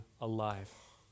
alive